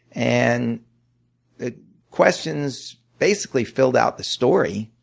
and the questions basically filled out the story.